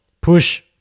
push